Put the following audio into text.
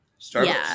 Starbucks